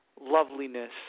loveliness